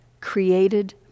created